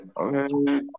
okay